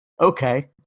Okay